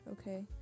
Okay